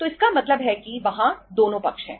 तो इसका मतलब है कि वहां दोनों पक्ष हैं